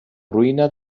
ruïna